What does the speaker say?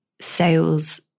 sales